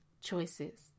choices